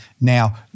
Now